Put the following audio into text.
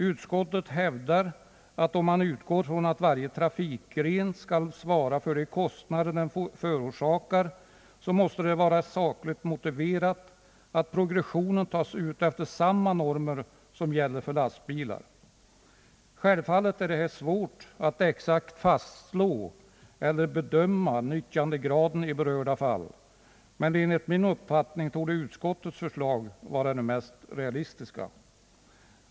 Utskottet hävdar att om man utgår från att varje trafikgren skall svara för de kostnader den förorsakar måste det vara sakligt motiverat att skatteprogressionen tas ut efter samma normer som gäller för lastbilar. Självfallet är det svårt att exakt fastslå eller bedöma nyttjandegraden i berörda fall, men enligt min uppfattning torde utskottets förslag vara det mest realistiska.